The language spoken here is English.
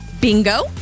Bingo